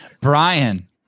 Brian